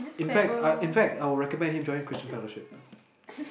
in fact I in fact I would recommend him join christian fellowship